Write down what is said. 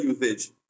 usage